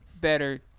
better